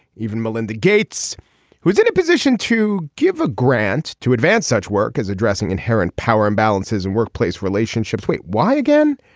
even melinda gates who is in a position to give a grant to advance such work as addressing inherent power imbalances and workplace relationships why again.